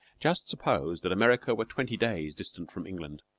just suppose that america were twenty days distant from england.